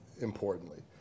importantly